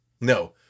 No